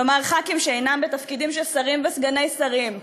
כלומר חברי כנסת שאינם בתפקידים של שרים וסגני שרים.